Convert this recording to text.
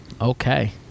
Okay